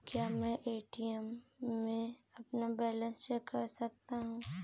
क्या मैं ए.टी.एम में अपना बैलेंस चेक कर सकता हूँ?